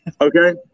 Okay